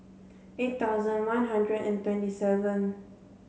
eight thousand one hundred and twenty seven